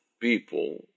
people